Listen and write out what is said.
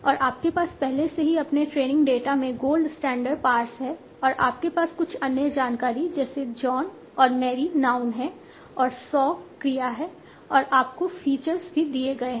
और आपके पास पहले से ही अपने ट्रेनिंग डेटा में गोल्ड स्टैंडर्ड पार्स हैं और आपके पास कुछ अन्य जानकारी जैसे जॉन और मैरी नाउन हैं और सॉ क्रिया है और आपको फीचर्स भी दिए गए हैं